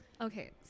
Okay